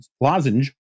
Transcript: lozenge